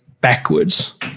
backwards